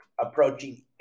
approaching